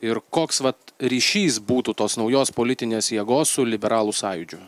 ir koks vat ryšys būtų tos naujos politinės jėgos su liberalų sąjūdžiu